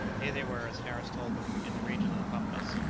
here they were, as harris told them, in the region of the pampas,